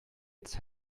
its